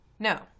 No